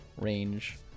range